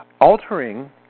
altering